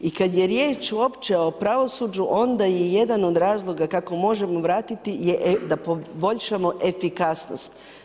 I kad je riječ uopće o pravosuđu, onda je jedan od razloga kako možemo vratiti da poboljšamo efikasnost.